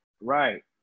Right